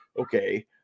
Okay